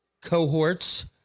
cohorts